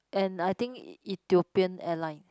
and I think Ethiopian airline